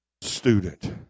student